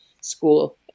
school